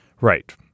Right